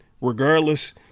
regardless